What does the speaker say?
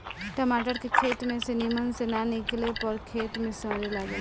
टमाटर के खेत में से निमन से ना निकाले पर खेते में सड़े लगेला